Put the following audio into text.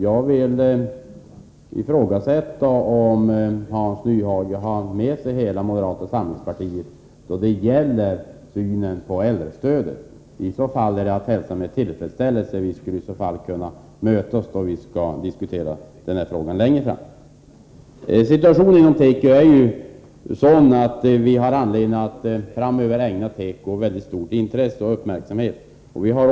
Jag ifrågasätter om Hans Nyhage har med sig hela moderata samlingspartiet då det gäller synen på äldrestödet. I så fall är det att hälsa med tillfredsställelse. Vi skulle då kunna mötas, när vi diskuterar den här frågan längre fram. Situationen inom tekoindustrin är ju sådan att vi har anledning att ägna den stort intresse och speciell uppmärksamhet.